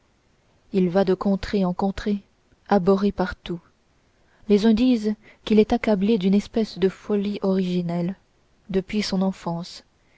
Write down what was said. il va de contrée en contrée abhorré partout les uns disent qu'il est accablé d'une espèce de folie originelle depuis son enfance